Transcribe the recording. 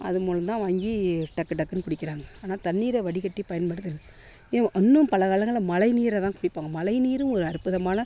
அதன் மூலம் தான் வாங்கி டக்கு டக்குன்னு குடிக்கிறாங்க ஆனால் தண்ணீரை வடிகட்டி பயன்படுத்து இன்னும் பலகாலங்களில் மழை நீரை தான் குடிப்பாங்க மழை நீரும் ஒரு அற்புதமான